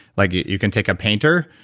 like you can take a painter,